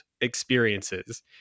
experiences